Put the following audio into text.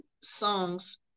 songs